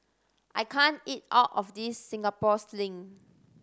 I can't eat all of this Singapore Sling